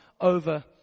over